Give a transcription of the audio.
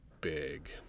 big